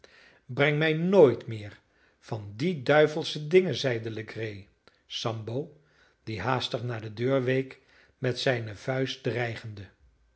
breng mij nooit meer van die duivelsche dingen zeide legree sambo die haastig naar de deur week met zijne vuist dreigende